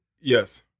yes